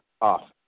off